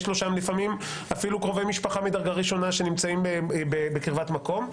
יש לו שם לפעמים אפילו קרובי משפחה מדרגה ראשונה שנמצאים בקרבת מקום,